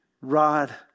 rod